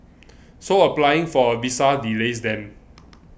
so applying for a visa delays them